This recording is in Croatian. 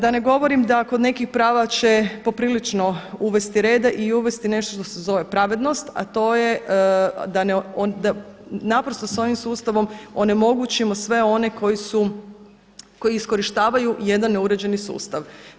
Da ne govorim da kod nekih prava će poprilično uvesti reda i uvesti nešto što se zove pravednost, a to je da naprosto sa ovim sustavom onemogućimo sve one koji su, koji iskorištavaju jedan neuređeni sustav.